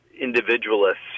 individualists